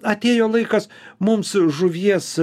atėjo laikas mums žuvies